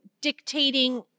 dictating